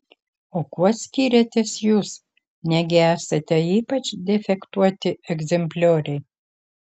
o kuo skiriatės jūs negi esate ypač defektuoti egzemplioriai